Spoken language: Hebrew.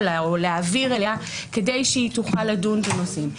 לה או להעביר אליה כדי שהיא תוכל לדון בנושאים.